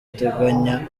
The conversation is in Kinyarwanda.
ateganya